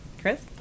chris